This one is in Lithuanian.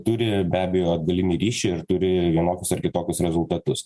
turi be abejo atgalinį ryšį ir turi vienokius ar kitokius rezultatus